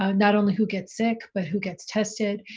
um not only who get sick, but who gets tested,